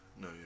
No